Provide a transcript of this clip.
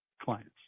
clients